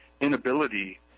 inability